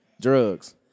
drugs